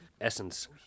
essence